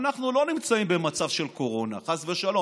אנחנו לא נמצאים במצב של קורונה, חס ושלום.